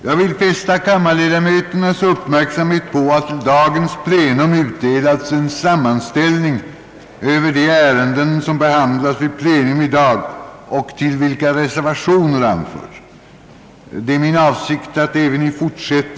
Efter samråd med andra kammarens talman får jag meddela, att arbetsplenum nästa vecka, onsdagen den 21 dennes, som i den preliminära planen utsatts till kl. 10.00 eller 14.00, kommer att taga sin början kl. 14.00.